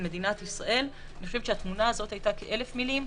מדינת ישראל התמונה הזו שווה אלף מילים,